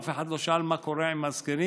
אף אחד לא שאל מה קורה עם הזקנים.